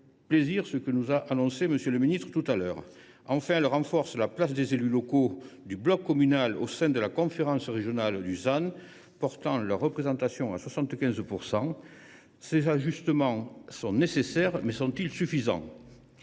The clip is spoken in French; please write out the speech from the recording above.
tenus précédemment par M. le ministre à ce sujet. Enfin, elle renforce la place des élus locaux du bloc communal au sein de la conférence régionale du ZAN, portant leur représentation à 75 %. Ces ajustements sont nécessaires, mais sont ils suffisants ?